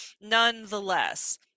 nonetheless